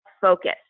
focus